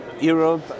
europe